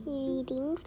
reading